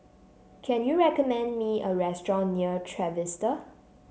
can you recommend me a restaurant near Trevista